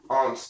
on